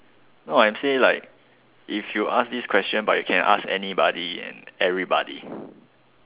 no I say like if you ask this question but you can ask anybody and everybody